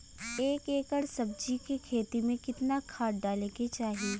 एक एकड़ सब्जी के खेती में कितना खाद डाले के चाही?